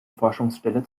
forschungsstelle